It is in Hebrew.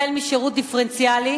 החל בשירות דיפרנציאלי